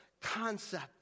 concept